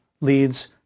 leads